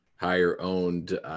higher-owned